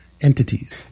entities